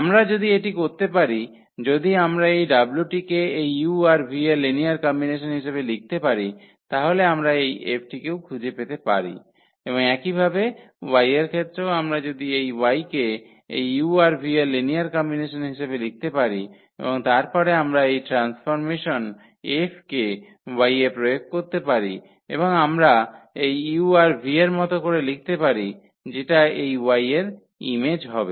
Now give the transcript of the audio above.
আমরা যদি এটি করতে পারি যদি আমরা এই w টিকে এই u আর v এর লিনিয়ার কম্বিনেশন হিসাবে লিখতে পারি তাহলে আমরা এই F টিকেও খুঁজে পেতে পারি এবং একইভাবে y এর ক্ষেত্রেও আমরা যদি এই y কে এই u আর v এর লিনিয়ার কম্বিনেশন হিসাবে লিখতে পারি এবং তারপরে আমরা এই ট্রান্সফর্মেসন 𝐹 কে y এ প্রয়োগ করতে পারি এবং আমরা এই u আর v এর মত করে লিখতে পারি যেটা এই y এর ইমেজ হবে